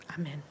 Amen